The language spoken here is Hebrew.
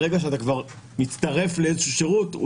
ברגע שאתה מצטרף לאיזה שהוא שירות,